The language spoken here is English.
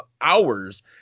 hours